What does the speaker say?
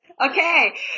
Okay